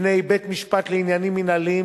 בפני בית-משפט לעניינים מינהליים.